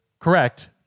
correct